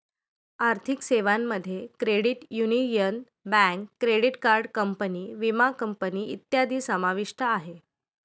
आर्थिक सेवांमध्ये credit union, bank, credit card company, विमा कंपनी इत्यादी समाविष्ट आहे